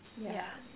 ya